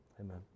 Amen